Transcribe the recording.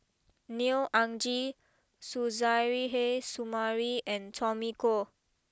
Neo Anngee Suzairhe Sumari and Tommy Koh